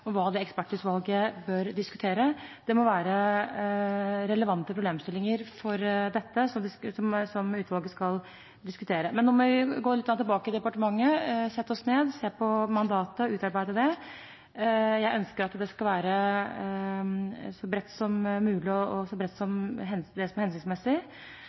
hva det ekspertutvalget bør diskutere, men det må være relevante problemstillinger. Men nå må vi gå tilbake til departementet, sette oss ned og utarbeide mandatet. Jeg ønsker at det skal være så bredt og hensiktsmessig som mulig. Når det gjelder sammensetning, må jeg også komme tilbake igjen til det, men jeg synes jo det er